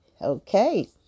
Okay